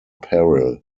peril